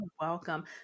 welcome